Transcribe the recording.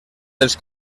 dels